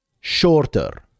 shorter